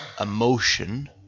emotion